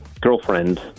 girlfriend